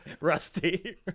Rusty